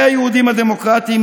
והיהודים הדמוקרטים,